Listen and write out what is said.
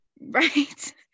Right